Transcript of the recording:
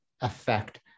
affect